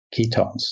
ketones